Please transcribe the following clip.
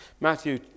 Matthew